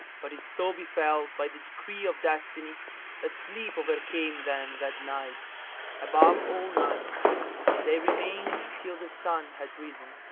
but it so befel by the decree of destiny that sleep overcame them that night above all nights and they remained till the sun had risen.